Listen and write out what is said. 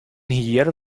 hier